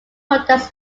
products